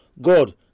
God